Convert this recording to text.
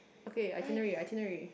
okay itinerary itinerary